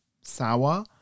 sour